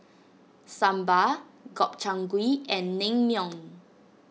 Sambar Gobchang Gui and Naengmyeon